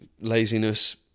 laziness